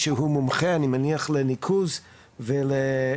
שהוא מומחה אני מניח לניקוז וכו'.